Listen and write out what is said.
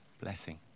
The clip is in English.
blessing